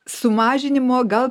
sumažinimo gal